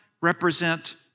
represent